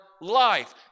life